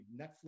Netflix